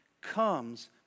comes